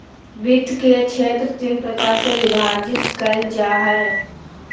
वित्त के क्षेत्र तीन प्रकार से विभाजित कइल जा हइ